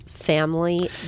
Family